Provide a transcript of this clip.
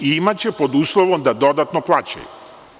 Imaće, pod uslovom da dodatno plaćaju.